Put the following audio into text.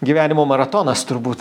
gyvenimo maratonas turbūt